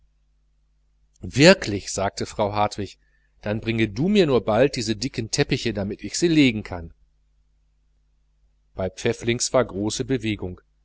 wirklich sagte frau hartwig dann bringe du mir nur bald die dicken teppiche damit ich sie legen kann bei pfäfflings war große bewegung